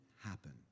happen